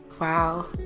Wow